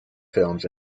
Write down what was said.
films